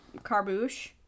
Carbouche